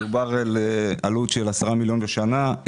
מדובר על עלות של 10 מיליון שקלים בשנה,